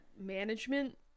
management